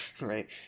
Right